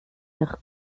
nach